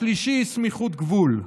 השלישי, סמיכות גבול.